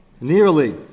nearly